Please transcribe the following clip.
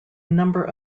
number